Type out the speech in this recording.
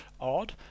odd